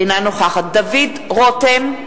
אינה נוכחת דוד רותם,